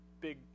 big